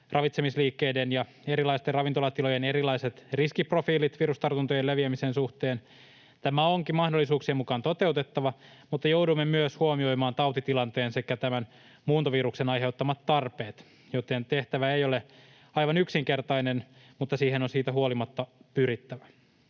ravitsemisliikkeiden ja erilaisten ravintolatilojen erilaiset riskiprofiilit virustartuntojen leviämisen suhteen. Tämä onkin mahdollisuuksien mukaan toteutettava, mutta joudumme myös huomioimaan tautitilanteen sekä tämän muuntoviruksen aiheuttamat tarpeet, joten tehtävä ei ole aivan yksinkertainen, mutta siihen on siitä huolimatta pyrittävä.